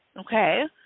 Okay